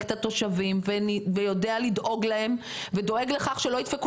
את התושבים ויודע לדאוג להם ודואג לכך שלא ידפקו